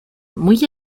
muy